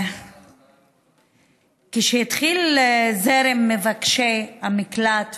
כשהתחיל זרם מבקשי המקלט,